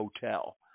Hotel